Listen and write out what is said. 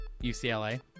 UCLA